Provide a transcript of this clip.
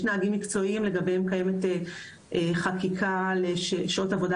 יש נהגים מקצועיים לגביהם קיימת חקיקה לשעות עבודה